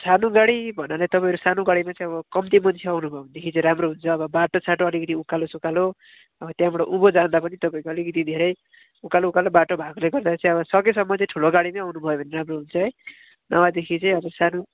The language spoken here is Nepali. सानो गाडी भन्नाले तपाईँहरू सानो गाडीमा चाहिँ अब कम्ती मान्छे आउनुभयो भनेदेखि चाहिँ राम्रो हुन्छ अब बाटोसाटो अलिकति उकालोसुकालो त्यहाँबाट उँभो जाँदा पनि तपाईँको अलिकति धेरै उकालो उकालो बाटो भएकोले गर्दा चाहिँ अब सकेसम्म चाहिँ ठुलो गाडीमै आउनुभयो भने चाहिँ राम्रो हुन्छ है नभएदेखि चाहिँ अब सानो